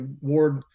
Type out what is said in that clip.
Ward